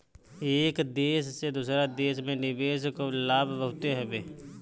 एक देस से दूसरा देस में निवेश कअ लाभ बहुते हवे